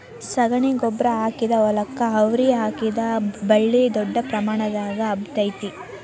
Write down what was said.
ಶಗಣಿ ಗೊಬ್ಬ್ರಾ ಹಾಕಿದ ಹೊಲಕ್ಕ ಅವ್ರಿ ಹಾಕಿದ್ರ ಬಳ್ಳಿ ದೊಡ್ಡ ಪ್ರಮಾಣದಾಗ ಹಬ್ಬತೈತಿ